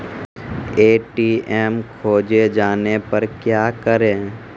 ATM खोजे जाने पर क्या करें?